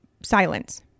silence